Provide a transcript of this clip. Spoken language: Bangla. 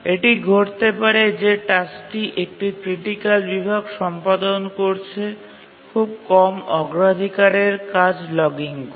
এটি ঘটতে পারে যে টাস্কটি একটি ক্রিটিকাল বিভাগ সম্পাদন করছে খুব কম অগ্রাধিকারের কাজ লগিং করে